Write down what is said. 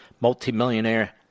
multimillionaire